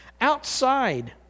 outside